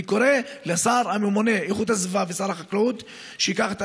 אני קורא לשר הממונה על איכות הסביבה ולשר החקלאות שייקחו